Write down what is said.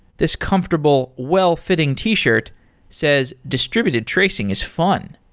this comfortable well-fitting t-shirt says, distributed tracing is fun,